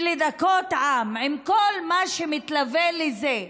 ולדכא עם, עם כל מה שמתלווה לזה.